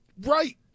Right